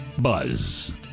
buzz